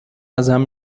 ازم